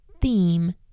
theme